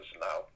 now